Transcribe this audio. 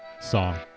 song